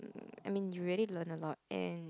I mean you really learn a lot and